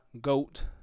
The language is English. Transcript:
goat